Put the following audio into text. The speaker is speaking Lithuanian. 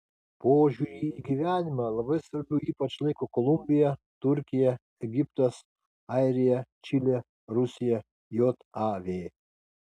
požiūrį į gyvenimą labai svarbiu ypač laiko kolumbija turkija egiptas airija čilė rusija jav